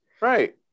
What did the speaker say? right